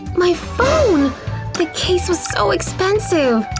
my phone! that case was so expensive!